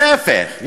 להפך,